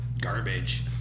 garbage